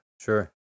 sure